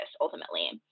ultimately